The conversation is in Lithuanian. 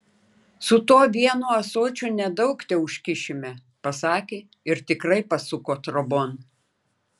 su tuo vienu ąsočiu nedaug teužkišime pasakė ir tikrai pasuko trobon